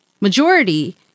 majority